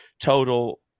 total